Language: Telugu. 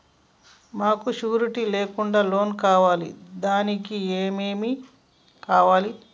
మాకు షూరిటీ లేకుండా లోన్ కావాలి దానికి ఏమేమి కావాలి?